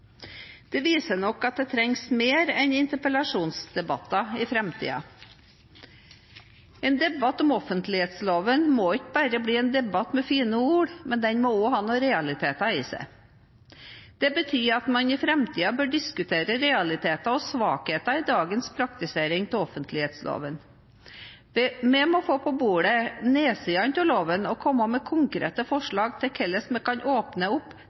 Det viser nok at det trengs mer enn interpellasjonsdebatter i framtiden. En debatt om offentlighetsloven må ikke bare bli en debatt med fine ord, men den må også ha noen realiteter i seg. Det betyr at man i framtiden bør diskutere realiteter og svakheter ved dagens praktisering av offentlighetsloven. Vi må få på bordet nedsidene av loven og komme med konkrete forslag til hvordan vi kan åpne opp